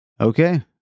Okay